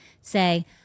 say